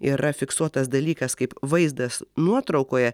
yra fiksuotas dalykas kaip vaizdas nuotraukoje